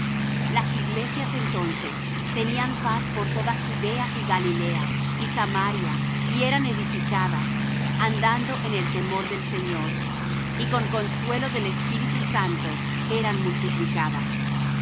las iglesias entonces tenían paz por toda judea y galilea y samaria y eran edificadas andando en el temor del señor y con consuelo del espíritu santo eran multiplicadas